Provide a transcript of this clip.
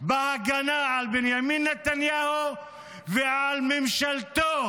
בהגנה על בנימין נתניהו ועל ממשלתו,